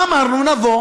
אמרנו: נבוא